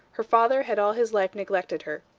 her father had all his life neglected her.